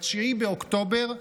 ב-9 באוקטובר,